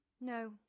No